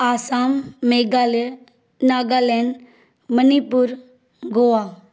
Assam Meghalaya Nagaland Manipur Goa